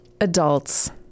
Adults